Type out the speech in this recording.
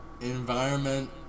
Environment